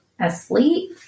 asleep